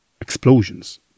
explosions